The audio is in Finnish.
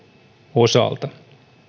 osalta